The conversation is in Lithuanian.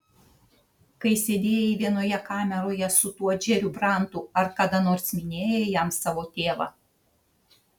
kai sėdėjai vienoje kameroje su tuo džeriu brantu ar kada nors minėjai jam savo tėvą